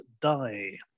die